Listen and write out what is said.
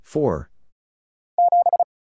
Four